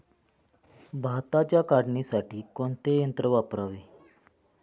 भाताच्या काढणीसाठी कोणते यंत्र वापरावे?